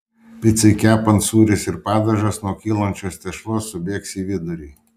picai kepant sūris ir padažas nuo kylančios tešlos subėgs į vidurį